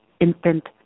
infant